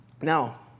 Now